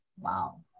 Wow